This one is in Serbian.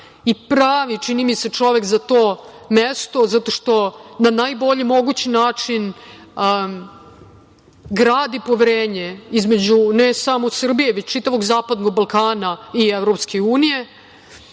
i pravi, čini mi se, čovek za to mesto zato što na najbolji mogući način gradi poverenje između ne samo Srbije, već čitavog Zapadnog Balkana i EU i